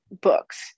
books